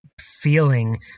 feeling